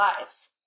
lives